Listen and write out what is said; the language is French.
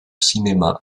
cinéma